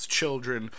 children